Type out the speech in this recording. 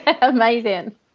amazing